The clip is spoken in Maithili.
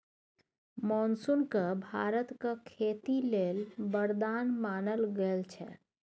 मानसून केँ भारतक खेती लेल बरदान मानल गेल छै